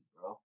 bro